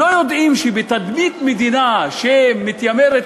הם לא יודעים שבתדמית מדינה שמתיימרת